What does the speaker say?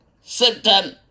symptom